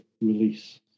release